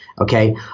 Okay